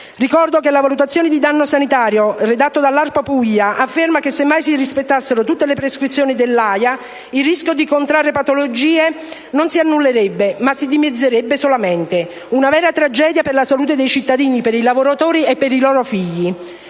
Ricordo che la valutazione di danno sanitario redatto dall'ARPA Puglia afferma che, semmai si rispettassero tutti le prescrizioni dell'AIA, il rischio di contrarre patologie non si annullerebbe, ma si dimezzerebbe solamente! Una vera tragedia per la salute dei cittadini, per i lavoratori e per i loro figli!